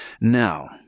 Now